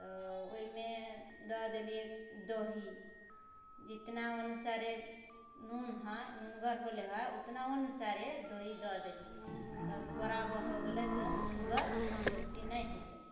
तऽ ओइमे दऽ देलियै दही जितना अनुसारे नून हय नूनगर होलै हय उतना अनुसारे दही दऽ देली तब बराबर हो गेलै तऽ नूनगरसँ सब्जी नहि होलै